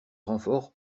renforts